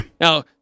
Now